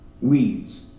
weeds